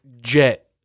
jet